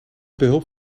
behulp